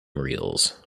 reels